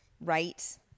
right